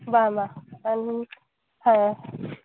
ᱵᱟᱝ ᱵᱟᱝ ᱦᱮᱸ